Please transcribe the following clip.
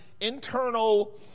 internal